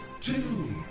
two